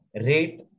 rate